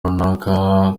runaka